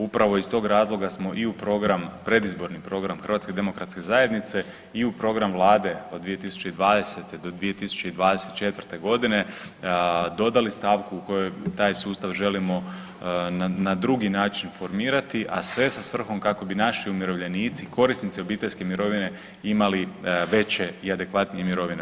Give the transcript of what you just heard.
Upravo iz tog razloga smo i u predizborni program HDZ-a i u program Vlade od 2020.-2024.g. dodali stavku u kojoj taj sustav želimo na drugi način formirati, a sve sa svrhom kako bi naši umirovljenici korisnici obiteljske mirovine imali veće i adekvatnije mirovine.